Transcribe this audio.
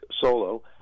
solo